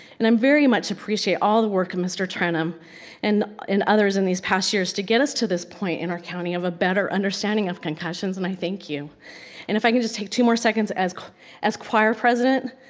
and i um very much appreciate all the work of mr. turnim and others in these past years to get us to this point in our county of a better understanding of concussions and i thank you. and if i could just take two more seconds as as choir president,